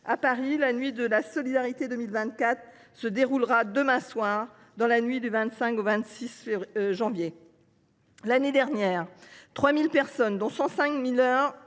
À Paris, la Nuit de la solidarité 2024 se déroulera demain soir, dans la nuit du 25 au 26 janvier. L’année dernière, 3 000 personnes sans solution